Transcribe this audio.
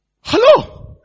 Hello